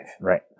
Right